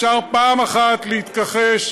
אפשר פעם אחת להתכחש,